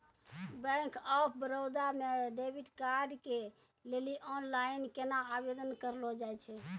Bank of Baroda मे debit card के लेली आनलाइन केना आवेदन करलो जाय छै?